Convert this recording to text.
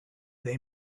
they